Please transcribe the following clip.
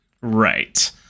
Right